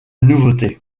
nouveauté